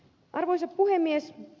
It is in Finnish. arvoisa puhemies